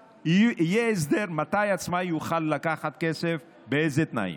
יהיה הסדר מתי עצמאי יוכל לקחת כסף ובאילו תנאים.